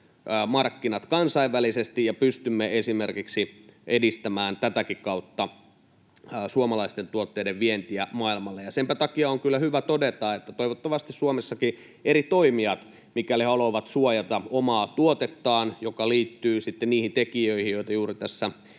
markkinat kansainvälisesti ja pystymme esimerkiksi edistämään tätäkin kautta suomalaisten tuotteiden vientiä maailmalle. Senpä takia on kyllä hyvä todeta, että toivottavasti Suomessakin eri toimijat, mikäli haluavat suojata omaa tuotettaan — mikä liittyy sitten niihin tekijöihin, joita juuri tässä